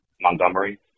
Montgomery